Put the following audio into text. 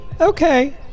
Okay